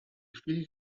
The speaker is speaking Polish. chwili